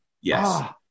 Yes